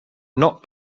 not